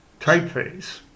typeface